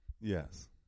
Yes